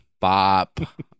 bop